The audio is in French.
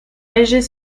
léger